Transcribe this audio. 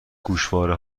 گوشواره